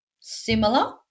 similar